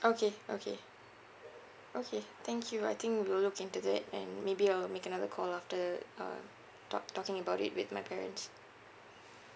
okay okay okay thank you I think we will look into that and maybe I'll make another call after uh talk~ talking about it with my parents